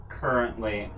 currently